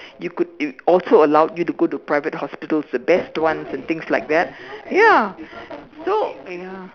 you could you also allowed you to go to private hospitals the best ones and things like that ya so ya